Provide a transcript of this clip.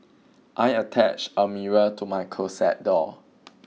I attached a mirror to my closet door